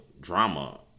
drama